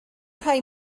rhai